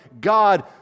God